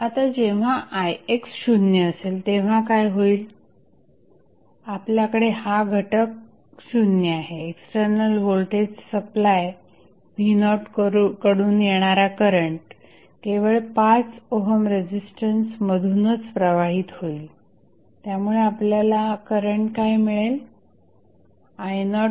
आता जेव्हा ix शून्य असेल तेव्हा काय होईल आपल्याकडे हा घटक शून्य आहे एक्स्टर्नल व्होल्टेज सप्लाय v0 कडून येणारा करंट केवळ 5 ओहम रेझिस्टन्स मधूनच प्रवाहित होईल त्यामुळे आपल्याला करंट काय मिळेल i01V50